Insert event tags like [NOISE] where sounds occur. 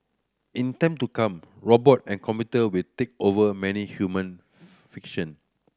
in time to come robot and computer will take over many human [UNINTELLIGIBLE] fiction